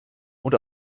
und